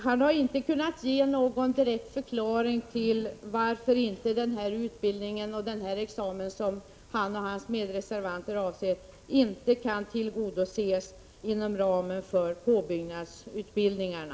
Han har inte kunnat ge någon direkt förklaring till att önskemålet om den utbildning och den examen som han och hans medreservanter avser inte kan tillgodoses inom ramen för påbyggnadsutbildningarna.